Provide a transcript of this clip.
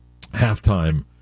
Halftime